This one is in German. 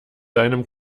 deinem